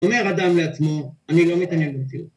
אומר אדם לעצמו, אני לא מתעניין במציאות.